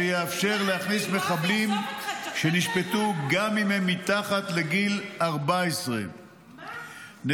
שיאפשר להכניס מחבלים שנשפטו גם אם הם מתחת לגיל 14. די,